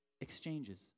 exchanges